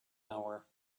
hour